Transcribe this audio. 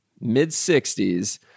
mid-60s